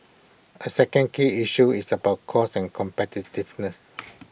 A second key issue is about costs and competitiveness